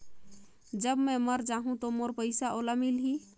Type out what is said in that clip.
जब मै मर जाहूं तो मोर पइसा ओला मिली?